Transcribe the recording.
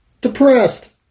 Depressed